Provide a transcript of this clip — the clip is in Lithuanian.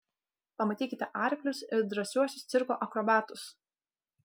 pamatykite arklius ir drąsiuosius cirko akrobatus